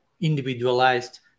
individualized